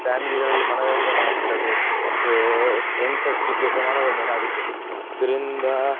ಫ್ಯಾಮಿಲಿಗಳಲ್ಲಿ ಮನೋರಂಜನೆ ಆಗುತ್ತದೆ ಫ್ರೆಂಡ್ಸೊಟ್ಟಿಗೆ ಸಹ ಮನೋರಂಜನೆ ಆಗುತ್ತದೆ ಇದರಿಂದ